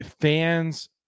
fans